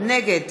נגד